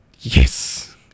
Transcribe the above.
Yes